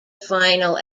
final